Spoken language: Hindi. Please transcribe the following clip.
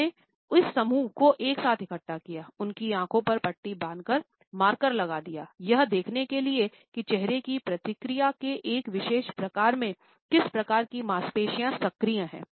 उन्होंने इस समूह को एक साथ इकट्ठा किया उनकी आंखों पर पट्टी बाँधकर मार्कर लगा दिया यह देखने के लिए कि चेहरे की प्रतिक्रिया के एक विशेष प्रकार में किस प्रकार की मांसपेशियाँ सक्रिय हैं